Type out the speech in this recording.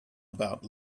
about